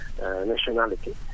nationality